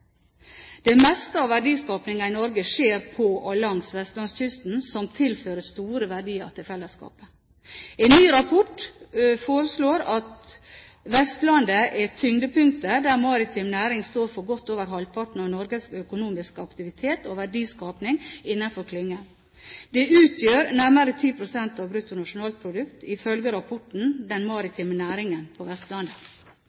Det meste av verdiskapingen i Norge skjer på og langs vestlandskysten og tilfører store verdier til fellesskapet. En ny rapport fastslår at Vestlandet er tyngdepunktet, der maritime næringer står for godt over halvparten av Norges økonomiske aktivitet og verdiskaping innenfor klyngen. Det utgjør nærmere 10 pst. av BNP, ifølge rapporten Den